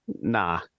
nah